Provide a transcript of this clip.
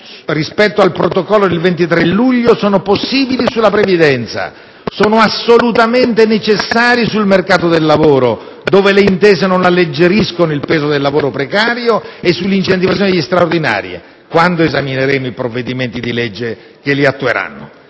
rispetto al protocollo del 23 luglio scorso, sono possibili sulla previdenza, sono assolutamente necessari sul mercato del lavoro, dove le intese non alleggeriscono il peso del lavoro precario, e sull'incentivazione degli straordinari, quando esamineremo i provvedimenti di legge che li attueranno.